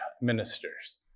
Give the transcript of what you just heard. ministers